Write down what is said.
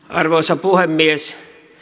arvoisa puhemies